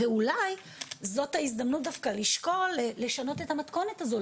אולי זו ההזדמנות דווקא לשקול לשנות את המתכונת הזו,